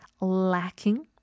lacking